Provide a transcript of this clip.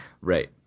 Right